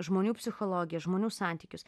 žmonių psichologiją žmonių santykius